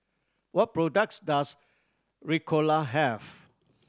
what products does Ricola have